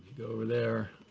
go over there,